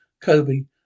kobe